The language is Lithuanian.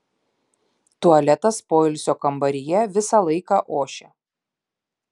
tualetas poilsio kambaryje visą laiką ošia